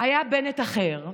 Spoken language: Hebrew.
היה בנט אחר,